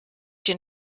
den